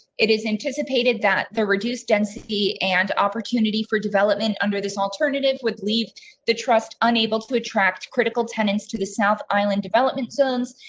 it is anticipated that the reduced density and opportunity for development under this alternative, would leave the trust unable to attract critical tenants to the south island development zones,